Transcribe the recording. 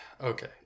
okay